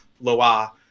Loa